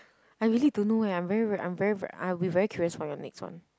I really don't know eh I'm very very I'm very very I will be very curious for your next one